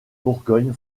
bourgogne